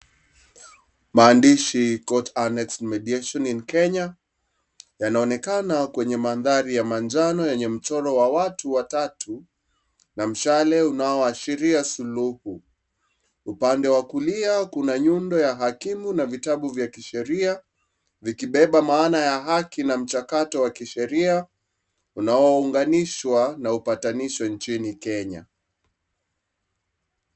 Maandishi court annex mediation in Kenya yanaonekana kwenye mandhari ya manjano yenye mchoro wa watu watatu na mshale unaoashiria suluhu ,upande wa kulia kuna nyundo ya hakimu na vitabu vya kisheria vikibeba maana ya haki na mchakato wa sheria unaounganishwa na upatanisho nchini Kenya.